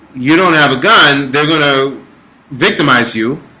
you don't have a gun they're going to victimize you